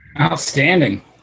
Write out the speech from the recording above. Outstanding